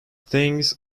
things